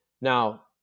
Now